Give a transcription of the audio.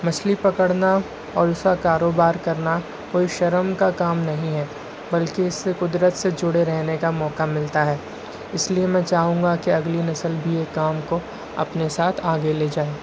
مچھلی پکڑنا اور اس کا کاروبار کرنا کوئی شرم کا کام نہیں ہے بلکہ اس سے قدرت سے جڑے رہنے کا موقع ملتا ہے اس لیے میں چاہوں گا کہ اگلی نسل بھی یہ کام کو اپنے ساتھ آگے لے جائے